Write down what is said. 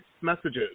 messages